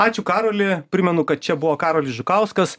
ačiū karoli primenu kad čia buvo karolis žukauskas